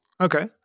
Okay